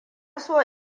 so